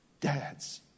Dads